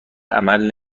عمل